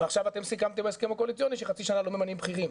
ועכשיו אתם סיכמתם בהסכם הקואליציוניים שחצי שנה לא ממנים בכירים.